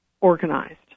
organized